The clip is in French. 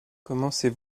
commencez